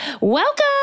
Welcome